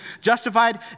justified